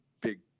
big